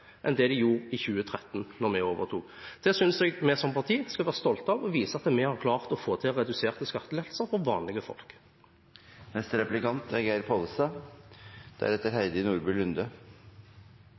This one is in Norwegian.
2013 da vi overtok. Det synes jeg vi som parti skal være stolte av. Det viser at vi har klart å få til reduserte skatter for vanlige